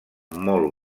molt